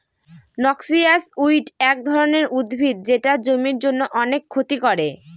noxious weed এক ধরনের উদ্ভিদ যেটা জমির জন্য অনেক ক্ষতি করে